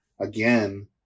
again